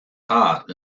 heart